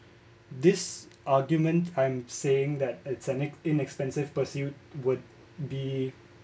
this argument I'm saying that it's an inexpensive pursuit would be